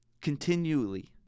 continually